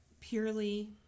purely